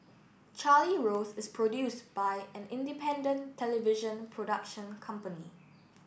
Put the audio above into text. Charlie Rose is produce by an independent television production company